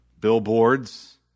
billboards